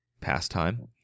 pastime